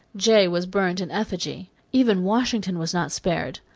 jay was burned in effigy. even washington was not spared.